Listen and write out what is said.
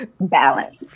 balance